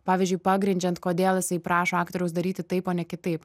pavyzdžiui pagrindžiant kodėl jisai prašo aktoriaus daryti taip o ne kitaip